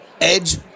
edge